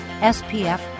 SPF